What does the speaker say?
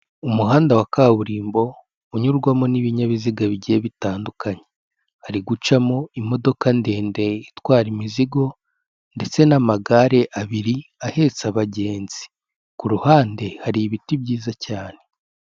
Umuhanda wa kaburimbo unyurwamo n'ibinyabiziga bigiye bitandukanye, hari gucamo imodoka ndende itwara imizigo ndetse n'amagare abiri ahetse abagenzi, ku ruhande hari ibiti byiza cyane.